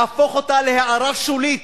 להפוך אותה להערה שולית,